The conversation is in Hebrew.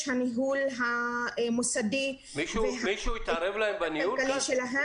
הניהול המוסדי --- מישהו מתערב בניהול המוסדי?